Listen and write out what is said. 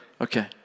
Okay